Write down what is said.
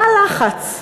מה הלחץ?